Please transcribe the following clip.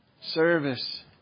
service